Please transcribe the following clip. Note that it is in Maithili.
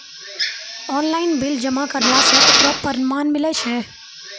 ऑनलाइन बिल जमा करला से ओकरौ परमान मिलै छै?